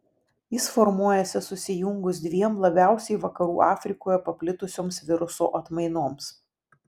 jis formuojasi susijungus dviem labiausiai vakarų afrikoje paplitusioms viruso atmainoms